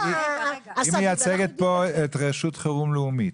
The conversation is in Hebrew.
אבל היא מייצגת פה את רשות חירום לאומית.